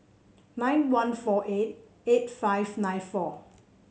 nine one four eight eight five nine four